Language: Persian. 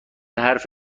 حرف